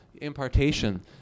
impartation